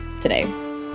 today